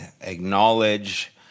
acknowledge